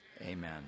Amen